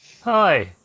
Hi